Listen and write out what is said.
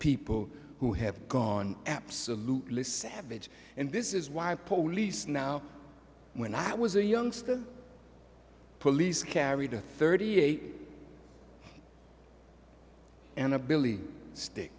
people who have gone absolutely savage and this is why police now when i was a youngster police carried a thirty eight and a billy st